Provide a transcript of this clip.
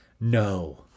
no